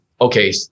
okay